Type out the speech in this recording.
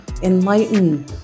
enlighten